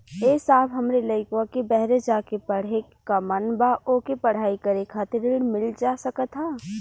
ए साहब हमरे लईकवा के बहरे जाके पढ़े क मन बा ओके पढ़ाई करे खातिर ऋण मिल जा सकत ह?